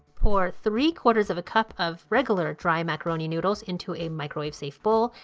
pour three quarters of a cup of regular dry macaroni noodles into a microwave safe bowl.